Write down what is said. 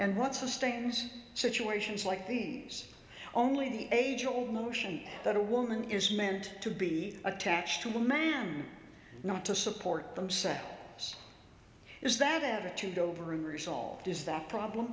and what sustains situations like these only the age old notion that a woman is meant to be attached to a man not to support themselves is that attitude over unresolved is that problem